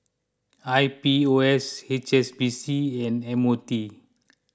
I P O S H S B C and M O T